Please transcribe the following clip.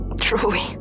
Truly